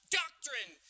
doctrine